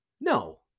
No